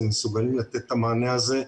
הם מסוגלים לתת את המענה הזה.